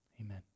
Amen